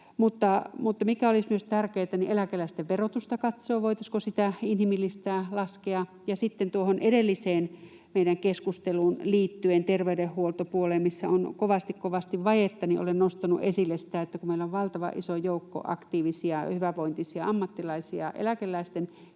mutta olisi myös tärkeätä katsoa eläkeläisten verotusta ja sitä, voitaisiinko sitä inhimillistää, laskea. Sitten tuohon meidän edelliseen keskusteluumme liittyen, terveydenhuoltopuoleen, missä on kovasti, kovasti vajetta, olen nostanut esille sitä, että kun meillä on valtavan iso joukko aktiivisia, hyvävointisia ammattilaisia eläkeläisten